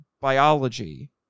biology